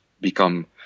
become